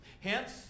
Hence